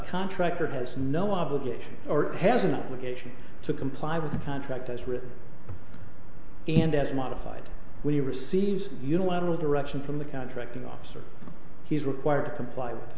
contractor has no obligation or has an obligation to comply with the contract as written and as modified when you receive unilateral direction from the contracting officer he is required to comply